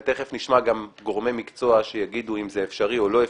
ומיד נשמע גם גורמי מקצוע שיגידו אם זה אפשרי או לא אפשרי,